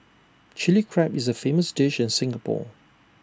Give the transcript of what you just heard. Chilli Crab is A famous dish in Singapore